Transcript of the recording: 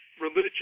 religion